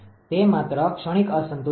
તે માત્ર ક્ષણિક અસંતુલન છે